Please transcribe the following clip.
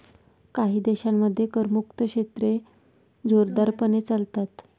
काही देशांमध्ये करमुक्त क्षेत्रे जोरदारपणे चालतात